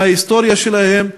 עם ההיסטוריה שלהם,